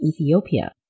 Ethiopia